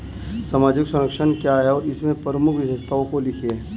सामाजिक संरक्षण क्या है और इसकी प्रमुख विशेषताओं को लिखिए?